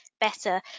better